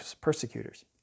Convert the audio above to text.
persecutors